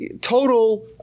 Total